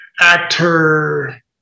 actor